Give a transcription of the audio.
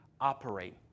operate